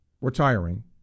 retiring